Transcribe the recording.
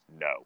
No